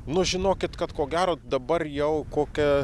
nu žinokit kad ko gero dabar jau kokia